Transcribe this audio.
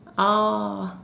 oh